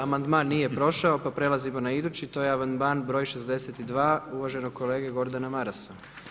Amandman nije prošao pa prelazimo na idući, to je amandman broj 62. uvaženog kolege Gordana Marasa.